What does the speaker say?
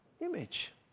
image